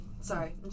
Sorry